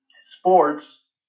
Sports